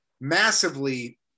massively